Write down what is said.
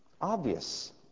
Obvious